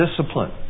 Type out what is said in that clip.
discipline